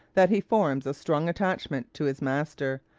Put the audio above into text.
that he forms a strong attachment to his master,